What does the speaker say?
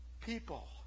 people